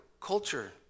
culture